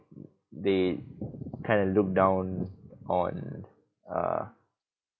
they kind of look down on uh